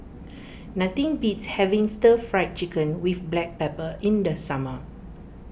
nothing beats having Stir Fry Chicken with Black Pepper in the summer